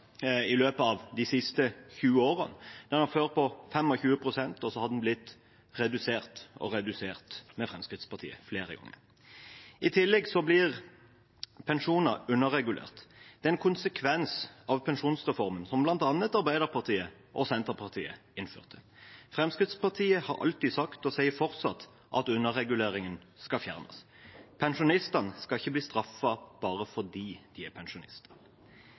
i løpet av de siste 20 årene. Den var før på 25 pst., og så er den blitt redusert og redusert med Fremskrittspartiet, flere ganger. I tillegg blir pensjoner underregulert. Det er en konsekvens av pensjonsreformen, som bl.a. Arbeiderpartiet og Senterpartiet innførte. Fremskrittspartiet har alltid sagt, og sier fortsatt, at underreguleringen skal fjernes. Pensjonistene skal ikke bli straffet bare fordi de er pensjonister.